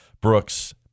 Brooks